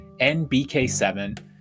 NBK7